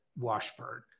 Washburn